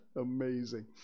Amazing